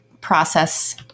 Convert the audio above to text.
process